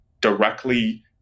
directly